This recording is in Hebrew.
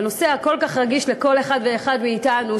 בנושא הכל-כך רגיש לכל אחד ואחד מאתנו,